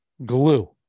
glue